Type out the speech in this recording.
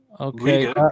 Okay